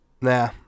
nah